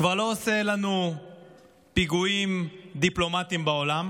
הוא כבר לא עושה לנו פיגועים דיפלומטיים בעולם,